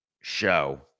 show